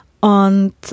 Und